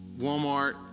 Walmart